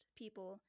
people